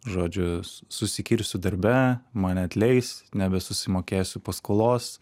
žodžiu susikirsiu darbe mane atleis nebesusimokėsiu paskolos